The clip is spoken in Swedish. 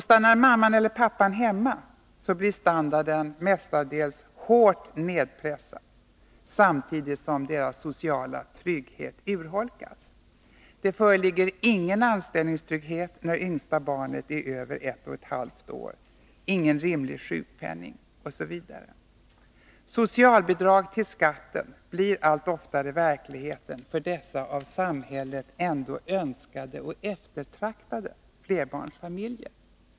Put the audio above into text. Stannar mamman eller pappan hemma blir standarden mestadels hårt nedpressad samtidigt som deras sociala trygghet urholkas. Det föreligger ingen anställningstrygghet när yngsta barnet är över ett och ett halvt år, ingen rimlig sjukpenning osv. Socialbidrag till skatten blir allt oftare verkligheten för dessa av samhället ändå så önskade och eftertraktade flerbarnsfamiljer.